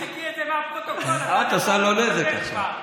תמחקי את זה מהפרוטוקול, את עושה לו נזק עכשיו.